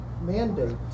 mandate